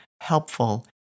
helpful